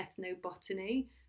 ethnobotany